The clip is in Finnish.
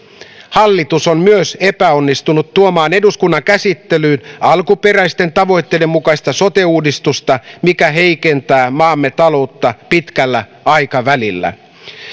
hallitus on myös epäonnistunut tuomaan eduskunnan käsittelyyn alkuperäisten tavoitteiden mukaista sote uudistusta mikä heikentää maamme taloutta pitkällä aikavälillä